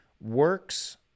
Works